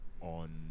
on